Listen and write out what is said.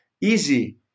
easy